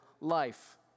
life